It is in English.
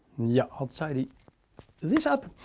yeah, i'll tidy this up.